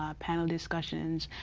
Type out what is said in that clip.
ah panel discussions,